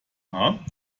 haar